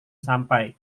sampai